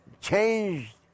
changed